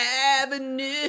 avenue